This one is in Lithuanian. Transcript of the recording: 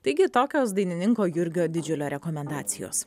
taigi tokios dainininko jurgio didžiulio rekomendacijos